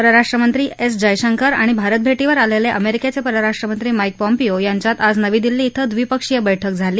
परराष्ट्रमंत्री एस जय शंकर आणि भारत भेर्टीवर आलेले अमेरिकेचे परराष्ट्रमंत्री माईक पॉम्पियो यांच्यात आज नवी दिल्ली धिं द्विपक्षीय बरुक्क झाली